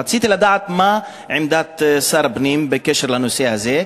רציתי לדעת מה עמדת שר הפנים בנושא הזה.